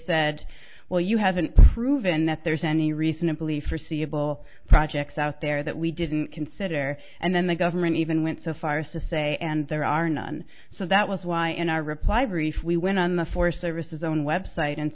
said well you haven't proven that there's any reasonably forseeable projects out there that we didn't consider and then the government even went so far sissay and there are none so that was why in our reply brief we went on the forest service's own web site and